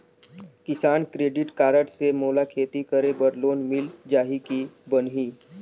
किसान credit card से मोला खेती करे बर लोन मिल जाहि की बनही??